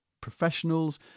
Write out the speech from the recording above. professionals